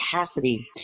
capacity